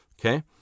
Okay